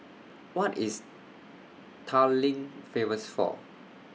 What IS Tallinn Famous For